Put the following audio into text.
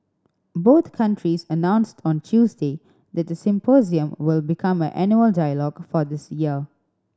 both countries announced on Tuesday that the symposium will become an annual dialogue for this year